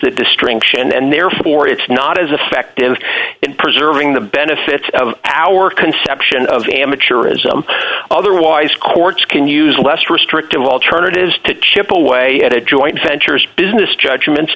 the distraction and therefore it's not as effective in preserving the benefits of our conception of amateurism otherwise courts can use less restrictive alternatives to chip away at a joint ventures business judgments